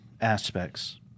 aspects